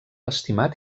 estimat